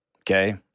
Okay